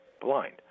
blind